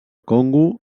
congo